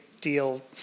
deal